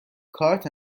کارت